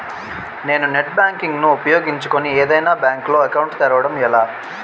నేను net banking ను ఉపయోగించుకుని ఏదైనా బ్యాంక్ లో అకౌంట్ తెరవడం ఎలా?